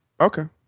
okay